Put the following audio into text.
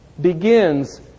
begins